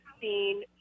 seen